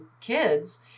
kids